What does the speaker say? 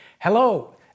Hello